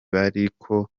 bariko